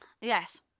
Yes